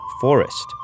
forest